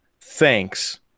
thanks